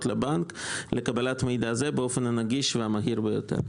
לבנק לקבלת מידע זה באופן הנגיש והמהיר ביותר".